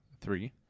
three